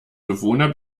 bewohner